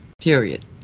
period